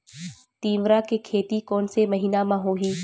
तीवरा के खेती कोन से महिना म होही?